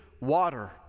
water